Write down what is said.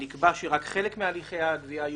נקבע שרק חלק מהליכי הגבייה יעוכבו,